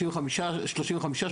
35,